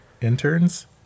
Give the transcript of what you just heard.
Interns